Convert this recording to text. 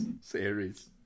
series